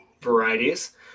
varieties